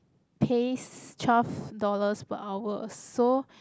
pays twelve dollars per hour so